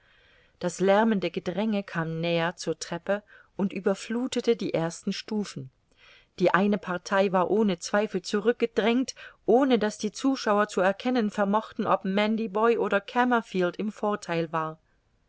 das lärmende gedränge kam näher zur treppe und überfluthete die ersten stufen die eine partei war ohne zweifel zurückgedrängt ohne daß die zuschauer zu erkennen vermochten ob mandiboy oder kamerfield im vortheil war